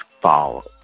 fall